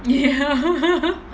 ya